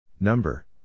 Number